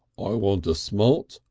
i want a smart,